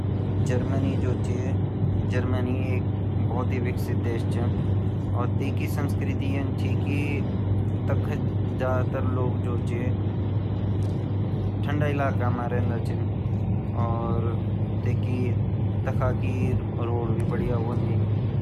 जर्मनी जो ची, जर्मनी एक भोत ही विकसित देश ची और तेकी संस्कृति यन ची की ताख ज़यादा तर लोग जु छिन ठंडा इलाका मा रंदा छिन और ताखे रोड भी बढ़िया वोंदिन।